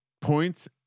points